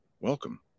welcome